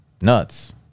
nuts